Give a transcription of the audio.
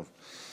טוב.